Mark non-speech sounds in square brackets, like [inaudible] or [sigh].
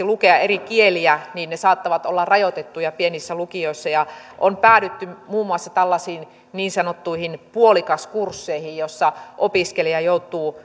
[unintelligible] lukea eri kieliä saattavat olla rajoitettuja pienissä lukioissa ja on päädytty muun muassa tällaisiin niin sanottuihin puolikaskursseihin joilla opiskelija joutuu [unintelligible]